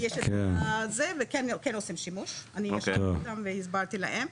כן, עושים שימוש, אני ישבתי והסברתי להם.